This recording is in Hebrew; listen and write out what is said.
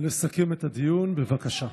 לסכם את הדיון, בבקשה.